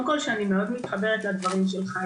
זה שקודם כל אני מאוד מתחברת לדברים שלך,